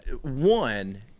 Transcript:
One